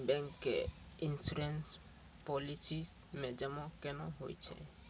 Bank के insurance policy मे जमा केना होय छै?